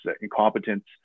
incompetence